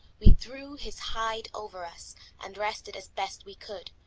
we drew his hide over us and rested as best we could,